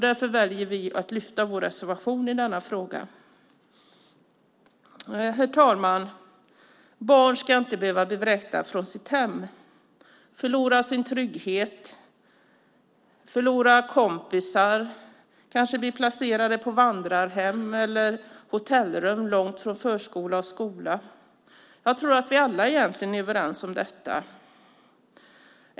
Därför har vi valt att lyfta fram frågan i en reservation. Herr talman! Barn ska inte behöva bli vräkta från sitt hem, förlora sin trygghet och sina kompisar och kanske bli placerade på vandrarhem eller hotellrum långt från förskola och skola. Jag tror att vi alla egentligen är överens om detta.